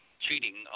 cheating